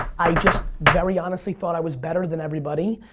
i just, very honestly, thought i was better than everybody.